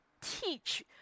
teach